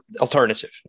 alternative